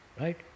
Right